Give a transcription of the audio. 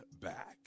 back